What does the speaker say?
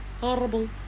horrible